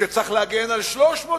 שצריך להגן על 300 יישובים,